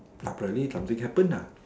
apparently something happen nah